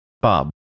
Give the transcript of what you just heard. Bob